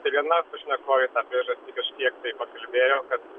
čia viena pašnekovė į tą priežastį kažkiek tai pakalbėjo kad